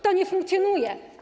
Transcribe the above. To nie funkcjonuje.